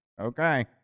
okay